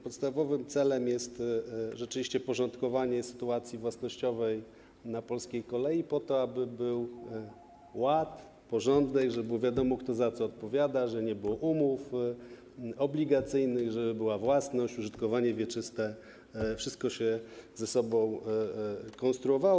Podstawowym celem jest rzeczywiście porządkowanie sytuacji własnościowej na polskiej kolei, po to żeby był ład, porządek, żeby było wiadomo, kto za co odpowiada, żeby nie było umów obligacyjnych, żeby była własność, użytkowanie wieczyste, żeby wszystko się ze sobą konstruowało.